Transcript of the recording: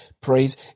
praise